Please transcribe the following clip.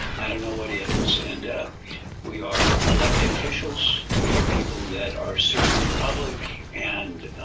i don't know what is, and we are elected officials, we are people that are serving the public, and